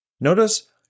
Notice